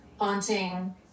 Haunting